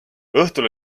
õhtul